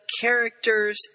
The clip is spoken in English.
characters